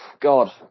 god